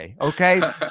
Okay